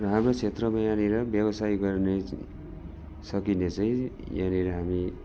र हाम्रो क्षेत्रमा यहाँनिर व्यवसाय गर्ने सकिने चाहिँ यहाँनिर हामी